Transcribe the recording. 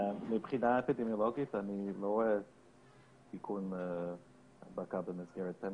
מבחינה אפידמיולוגיות אני לא רואה סיכון הדבקה במסגרת טניס,